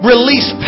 Release